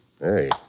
Hey